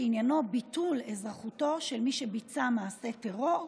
שעניינו ביטול אזרחותו של מי שביצע מעשה טרור,